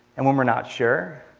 and when we're not sure,